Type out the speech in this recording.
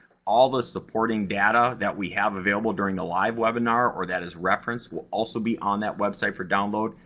all the supporting data that we have available during a live webinar or that is referenced will also be on that website for download.